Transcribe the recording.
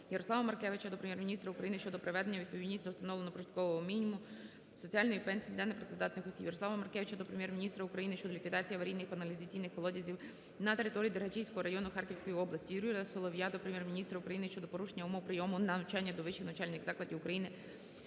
Ярослава Маркевича до Прем'єр-міністра України щодо приведення у відповідність до встановленого прожиткового мінімуму соціальної пенсії для непрацездатних осіб. Ярослава Маркевича до Прем'єр-міністра України щодо ліквідації аварійних каналізаційних колодязів на території Дергачівського району Харківської області. Юрія Солов'я до Прем'єр-міністра України щодо порушення умов прийому на навчання до вищих навчальних закладів України